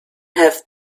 have